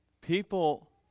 People